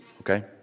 okay